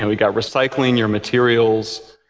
yeah we got recycling your materials.